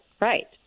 right